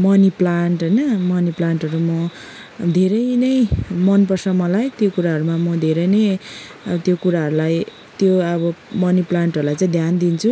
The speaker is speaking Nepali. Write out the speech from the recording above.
मनी प्लान्ट होइन मनी प्लान्टहरू म धेरै नै मनपर्छ मलाई त्यो कुराहरूमा म धेरै नै त्यो कुराहरूलाई त्यो अब मनी प्लान्टहरूलाई ध्यान दिन्छु